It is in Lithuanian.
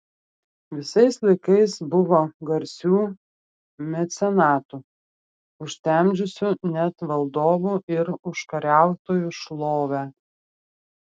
visais laikais buvo garsių mecenatų užtemdžiusių net valdovų ir užkariautojų šlovę